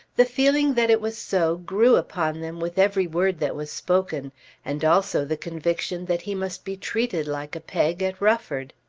the feeling that it was so grew upon them with every word that was spoken and also the conviction that he must be treated like a peg at rufford.